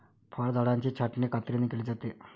फळझाडांची छाटणी कात्रीने केली जाते